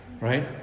right